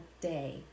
day